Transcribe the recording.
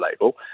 label